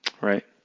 right